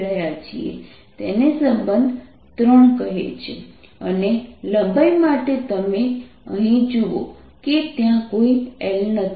α β 1 અને લંબાઈ માટે તમે અહીં જુઓ કે ત્યાં કોઈ L નથી